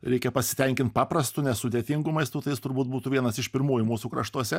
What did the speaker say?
reikia pasitenkint paprastu nesudėtingu maistu tai jis turbūt būtų vienas iš pirmųjų mūsų kraštuose